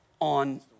on